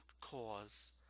Cause